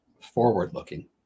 forward-looking